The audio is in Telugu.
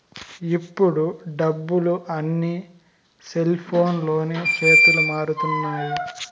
ఇప్పుడు డబ్బులు అన్నీ సెల్ఫోన్లతోనే చేతులు మారుతున్నాయి